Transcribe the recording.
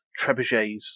trebuchets